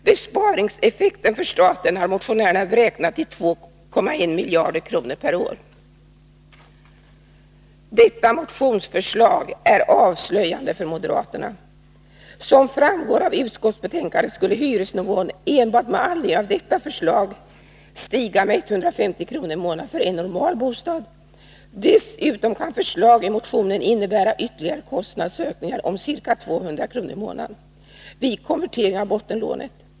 Besparingseffekten för staten har motionärerna beräknat till 2,1 miljarder kronor per år. Detta motionsförslag är avslöjande för moderaterna. Som framgår av utskottsbetänkandet skulle hyresnivån enbart med anledning av detta förslag stiga med 150 kr. per månad för en normal bostad. Dessutom kan förslag i motionen innebära ytterligare kostnadsökningar om ca 200 kr. per månad vid konvertering av bottenlånet.